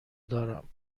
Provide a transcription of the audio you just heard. دارم